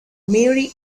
marie